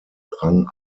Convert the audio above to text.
rang